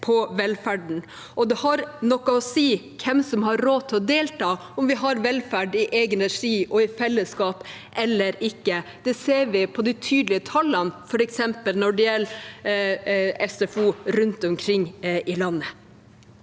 Det har noe å si hvem som har råd til å delta, om vi har velferd i egen regi og i fellesskap eller ikke. Det ser vi på de tydelige tallene, f.eks. når det gjelder SFO rundt omkring i landet.